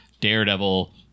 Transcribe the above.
Daredevil